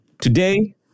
Today